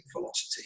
velocity